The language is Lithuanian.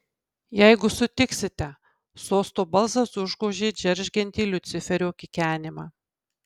jeigu sutiksite sosto balsas užgožė džeržgiantį liuciferio kikenimą